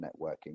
networking